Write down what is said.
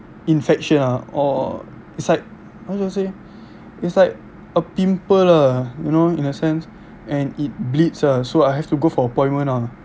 infection ah or it's like how to say it's like a pimple lah you know in a sense and it bleeds ah so I have to go for appointment ah